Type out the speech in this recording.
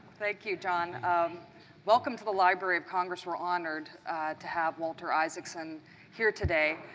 thank you, john. um welcome to the library of congress. we're honored to have walter isaacson here today.